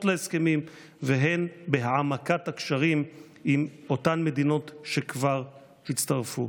להסכמים והן בהעמקת הקשרים עם אותן מדינות שכבר הצטרפו.